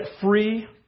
free